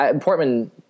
Portman